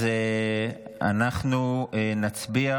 אז אנחנו נצביע